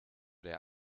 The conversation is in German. der